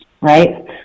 right